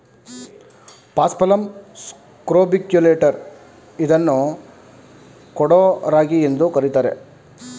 paspalum scrobiculatum ಇದನ್ನು ಕೊಡೋ ರಾಗಿ ಎಂದು ಕರಿತಾರೆ